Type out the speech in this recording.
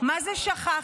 מה זה שכחתם.